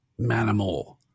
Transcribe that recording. Manimal